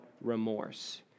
remorse